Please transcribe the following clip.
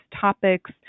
topics